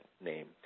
name